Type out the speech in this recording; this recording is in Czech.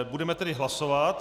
Budeme tedy hlasovat.